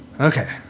Okay